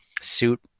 suit